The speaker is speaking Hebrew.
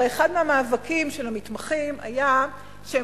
הרי אחד המאבקים של המתמחים היה שהם